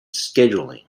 scheduling